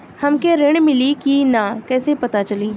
हमके ऋण मिली कि ना कैसे पता चली?